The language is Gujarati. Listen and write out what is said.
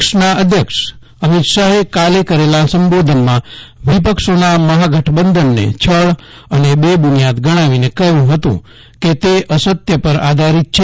પક્ષના અધ્યક્ષ અમીત શાહે કાલે કરેલા સંબોધનમાં વિપક્ષોના મહાગઠબંધનને છળ અને બેબુનિયાદ ગણાવીને કહ્યું હતુ કે તે અસત્ય પર આધારીત છે